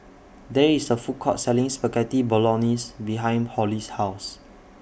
There IS A Food Court Selling Spaghetti Bolognese behind Holly's House